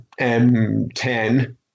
M10